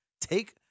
Take